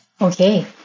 Okay